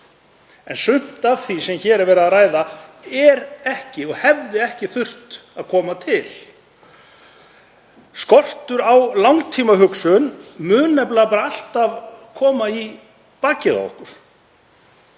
En sumt af því sem hér er verið að ræða er ekki ófyrirsjáanlegt og hefði ekki þurft að koma til. Skortur á langtímahugsun mun nefnilega alltaf koma í bakið á okkur.